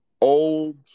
old